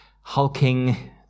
hulking